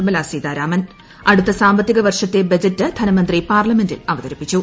നിർമ്മല സീതാരാമൻ അടുത്ത സാമ്പത്തിക വർഷത്തെ ബജറ്റ് ധനമന്ത്രി പാർലമെന്റിൽ അവതരിപ്പിച്ചു